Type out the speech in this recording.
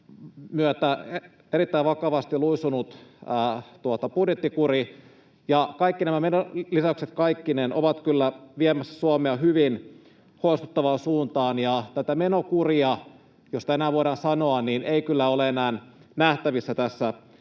myötä erittäin vakavasti luisunut budjettikuri ja kaikki nämä menolisäykset kaikkineen ovat kyllä viemässä Suomea hyvin huolestuttavaan suuntaan, ja tätä menokuria, jos siitä näin voidaan sanoa, ei kyllä ole enää nähtävissä tässä